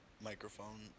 microphone